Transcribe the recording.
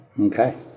Okay